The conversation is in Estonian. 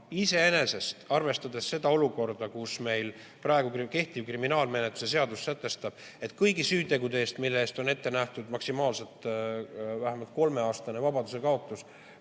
ei toimu. Arvestades seda olukorda, kus meil praegu kehtiv kriminaalmenetluse seadus sätestab, et kõigi süütegude puhul, mille eest on ette nähtud maksimaalselt vähemalt kolmeaastane vabadusekaotus,